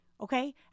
Okay